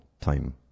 time